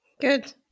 Good